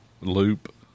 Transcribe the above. Loop